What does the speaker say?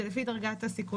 זה לפי דרגת הסיכון.